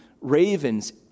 ravens